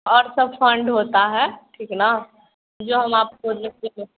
और सब फंड होता है ठीक ना यह हम आपको